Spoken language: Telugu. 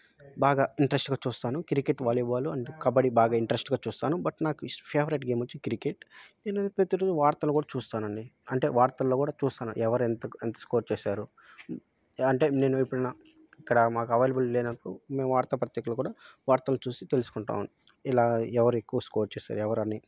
బాగా ఇంట్రస్ట్గా చూస్తాను క్రికెట్ వాలీబాల్ అండ్ కబడ్డీ బాగా ఇంట్రస్ట్గా చూస్తాను బట్ నాకు ఫేవరెట్ గేమ్ వచ్చి క్రికెట్ నేను ప్రతిరోజు వార్తలు కూడా చూస్తానండి అంటే వార్తల్లో కూడా చూస్తాను ఎవరు ఎంత ఎంత స్కోర్ చేశారు అంటే నేను ఎప్పుడన్నా ఇక్కడ మాకు అవైలబుల్ లేనప్పుడు మేము వార్తా పత్రికలు కూడా వార్తలు చూసి తెలుసుకుంటాం ఇలా ఎవరు ఎక్కువ స్కోర్ చేశారు ఎవరని